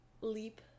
Leap